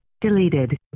Deleted